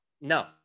No